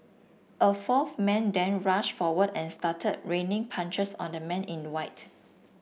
a fourth man then rushed forward and started raining punches on the man in the white